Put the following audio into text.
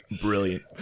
brilliant